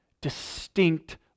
distinct